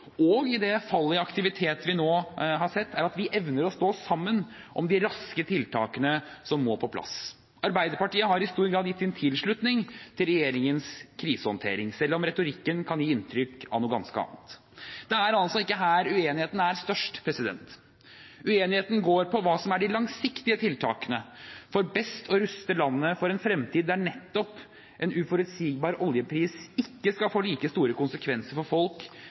og i det fallet i aktivitet vi nå har sett – er at vi evner å stå sammen om de raske tiltakene som må på plass. Arbeiderpartiet har i stor grad gitt sin tilslutning til regjeringens krisehåndtering, selv om retorikken kan gi inntrykk av noe ganske annet. Det er altså ikke her uenigheten er størst. Uenigheten går på hva som er de langsiktige tiltakene for best å ruste landet for en fremtid der nettopp en uforutsigbar oljepris ikke skal få like store konsekvenser for folk,